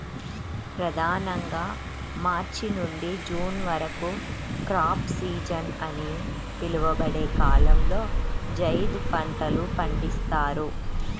ప్రధానంగా మార్చి నుండి జూన్ వరకు క్రాప్ సీజన్ అని పిలువబడే కాలంలో జైద్ పంటలు పండిస్తారు